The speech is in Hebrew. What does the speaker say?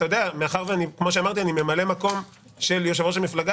מאחר שאני ממלא מקום של יושב-ראש המפלגה